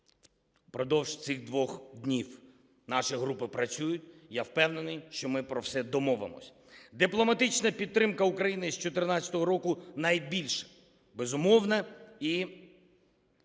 впродовж цих двох днів. Наші групи працюють, і я впевнений, що ми про все домовимося. Дипломатична підтримка України з 2014 року найбільш безумовна і